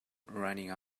running